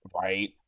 Right